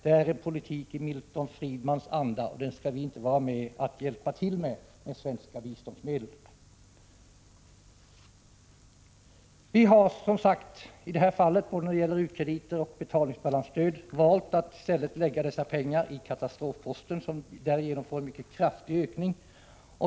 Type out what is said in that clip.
Det är en politik i Milton Friedmans anda, och med den skall vi inte hjälpa till med svenska biståndsmedel. Vi har alltså valt att i stället för både u-krediter och betalningsbalansstöd lägga dessa pengar i katastrofposten, som därigenom får en mycket kraftig ökning.